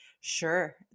sure